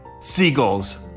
seagulls